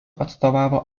atstovavo